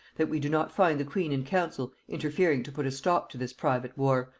that we do not find the queen and council interfering to put a stop to this private war,